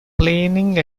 planing